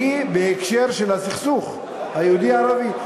שהיא בהקשר של הסכסוך היהודי ערבי.